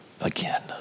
again